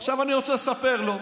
עכשיו אני רוצה לספר לו, יש,